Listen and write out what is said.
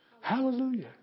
Hallelujah